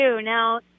Now